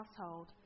household